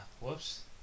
whoops